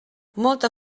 molta